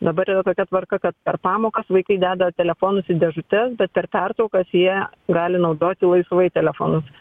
dabar yra tokia tvarka kad per pamokas vaikai deda telefonus į dėžutes bet per pertraukas jie gali naudoti laisvai telefonus